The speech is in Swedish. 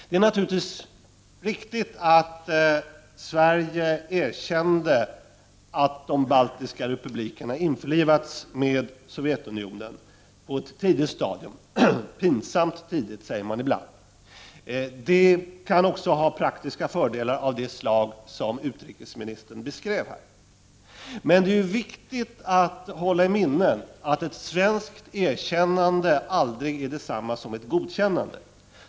Det är naturligtvis riktigt att Sverige erkände att de baltiska republikerna hade införlivats med Sovjetunionen på ett tidigt stadium, pinsamt tidigt säger man ibland. Det kan ha praktiska fördelar av det slag som utrikesministern här beskrev. Det är emellertid viktigt att hålla i minnet att ett svenskt erkännande ald — Prot. 1989/90:27 rig är detsamma som ett godkännande.